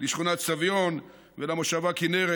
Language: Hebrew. לשכונת סביון ולמושבה כינרת.